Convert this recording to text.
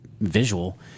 visual